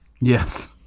Yes